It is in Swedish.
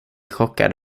chockad